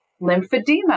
lymphedema